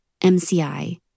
MCI